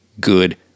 good